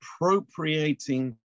appropriating